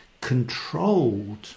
controlled